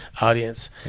audience